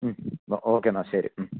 ഓക്കെയെന്നാൽ ശരി